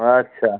আচ্ছা